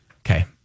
Okay